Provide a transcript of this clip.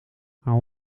haar